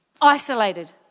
isolated